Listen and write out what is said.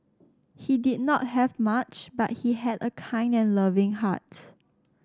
he did not have much but he had a kind and loving heart